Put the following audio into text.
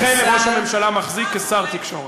אכן, ראש הממשלה מחזיק, כשר התקשורת.